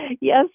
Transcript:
yes